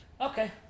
Okay